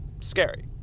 Scary